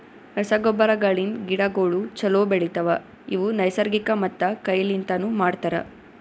ರಸಗೊಬ್ಬರಗಳಿಂದ್ ಗಿಡಗೋಳು ಛಲೋ ಬೆಳಿತವ, ಇವು ನೈಸರ್ಗಿಕ ಮತ್ತ ಕೈ ಲಿಂತನು ಮಾಡ್ತರ